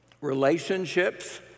Relationships